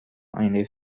eine